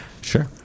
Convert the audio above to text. Sure